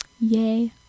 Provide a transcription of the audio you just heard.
Yay